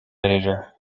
editor